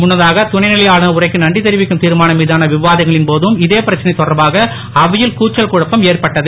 முன்னதாக துணை நிலை ஆளுநர் உரைக்கு நன்றி தெரிவிக்கும் திர்மானம் மீதான விவாதங்களின் போதும் இதே பிரச்சனை தொடர்பாக அவையில் கூச்சல் குழப்பம் ஏற்பட்டது